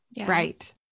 right